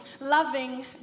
loving